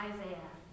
Isaiah